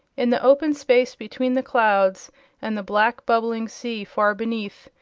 in the open space between the clouds and the black, bubbling sea far beneath,